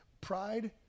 Pride